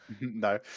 No